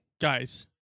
Guys